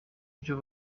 byo